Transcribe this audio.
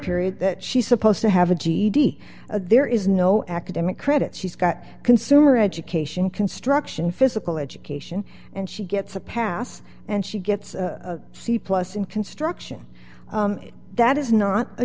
period that she's supposed to have a ged there is no academic credit she's got consumer education construction physical education and she gets a pass and she gets a c plus in construction that is not a